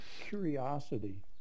curiosity